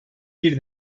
bir